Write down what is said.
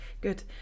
Good